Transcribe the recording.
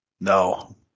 No